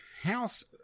house